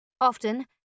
Often